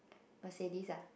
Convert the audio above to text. Mercedes ah